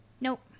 Nope